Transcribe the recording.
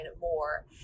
more